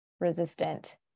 resistant